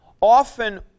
often